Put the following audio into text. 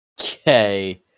okay